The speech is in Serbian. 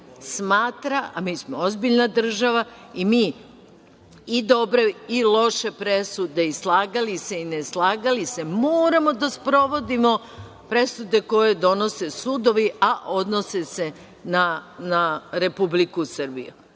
smatra, a mi smo ozbiljna država i mi i dobre i loše presude, i slagali se i ne slagali se, moramo da sprovodimo presude koje donose sudovi, a odnose se na Republiku Srbiju. Kako